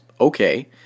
okay